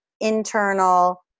internal